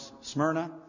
Smyrna